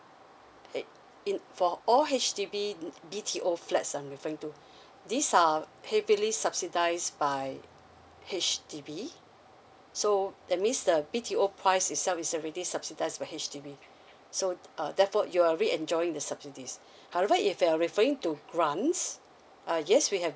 H in for all H_D_B uh B_T_O flats I'm referring to these are heavily subsidised by H_D_B so that means the B_T_O price itself is already subsidised by H_D_B so uh therefore you're already enjoying the subsidies however if you're referring to grants uh yes we have